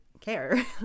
care